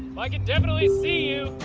i can definitely see